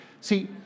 See